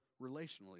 relationally